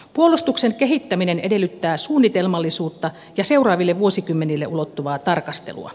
puolustuksen kehittäminen edellyttää suunnitelmallisuutta ja seuraaville vuosikymmenille ulottuvaa tarkastelua